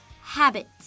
habit